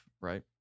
right